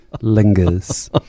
Lingers